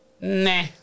Nah